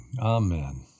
Amen